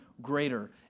greater